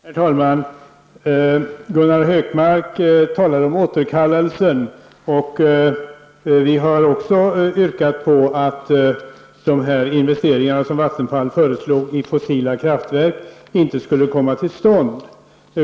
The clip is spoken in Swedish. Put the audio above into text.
Herr talman! Gunnar Hökmark talade om återkallelse. Också miljöpartiet har yrkat på att de investeringar i kraftverk för fossila bränslen som Vattenfall föreslog inte skulle komma till stånd.